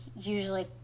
usually